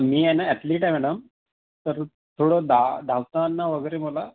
मी आहे ना ॲथलीट आहे मॅडम तर थोडं दा धावताना वगैरे मला